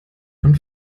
von